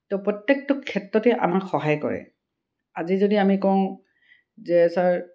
তো প্ৰত্যেকটো ক্ষেত্ৰতেই আমাক সহায় কৰে আজি যদি আমি কওঁ যে ছাৰ